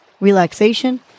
relaxation